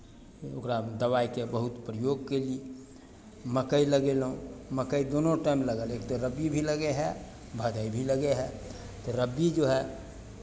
ओकरा दबाइके बहुत प्रयोग कयली मक्कइ लगयलहुँ मक्कइ दुनू टाइम लागल एक तऽ रब्बी भी लगै हए भदइ भी लगै हए रब्बी जो हए